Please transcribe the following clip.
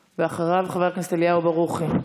ואחריו, חבר הכנסת אליהו ברוכי.